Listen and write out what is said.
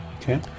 Okay